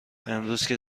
امروزکه